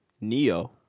Neo